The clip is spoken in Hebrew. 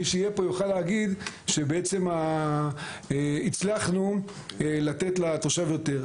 מי שיהיה פה יוכל להגיד שבעצם הצלחנו לתת לתושב יותר.